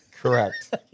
correct